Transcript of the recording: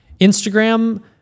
Instagram